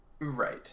Right